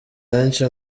benshi